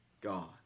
God